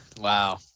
Wow